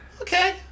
okay